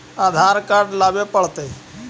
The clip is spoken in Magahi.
आधार कार्ड लाबे पड़तै?